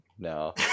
no